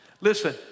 Listen